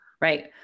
right